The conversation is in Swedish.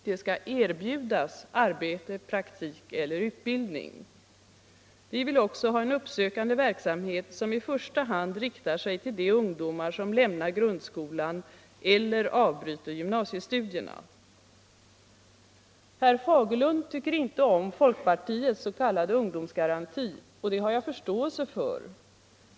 De skall erbjudas arbete, praktik eller utbildning. Vi vill också ha en uppsökande verksamhet som i första hand riktar sig till de ungdomar som lämnar grundskolan eller avbryter gymnasiestudierna. Herr Fagerlund tycker inte om folkpartiets s.k. ungdomsgaranti, och det har jag förståelse för.